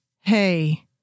hey